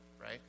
Right